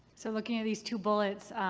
so looking at these two bullets,